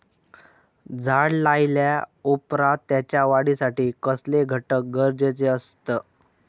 झाड लायल्या ओप्रात त्याच्या वाढीसाठी कसले घटक गरजेचे असत?